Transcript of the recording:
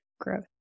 growth